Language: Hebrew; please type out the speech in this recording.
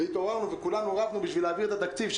והתעוררנו וכולנו רבנו בשביל להעביר את התקציב.